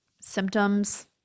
symptoms